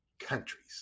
countries